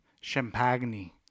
Champagne